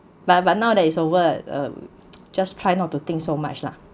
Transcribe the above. but but now that is over uh just try not to think so much lah